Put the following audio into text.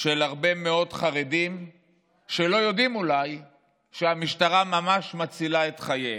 של הרבה מאוד חרדים שאולי לא יודעים שהמשטרה ממש מצילה את חייהם.